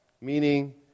Meaning